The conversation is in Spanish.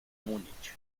múnich